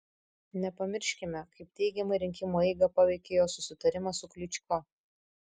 nepamirškime kaip teigiamai rinkimų eigą paveikė jo susitarimas su klyčko